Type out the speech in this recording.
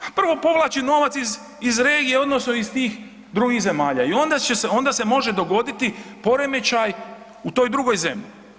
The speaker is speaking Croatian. Prvo povlači novac iz regije odnosno iz tih drugih zemalja i onda se može dogoditi poremećaj u toj drugoj zemlji.